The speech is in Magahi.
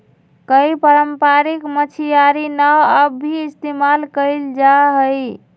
कई पारम्परिक मछियारी नाव अब भी इस्तेमाल कइल जाहई